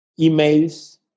emails